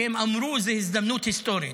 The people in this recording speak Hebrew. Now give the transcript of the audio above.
כי הם אמרו שזו הזדמנות היסטורית.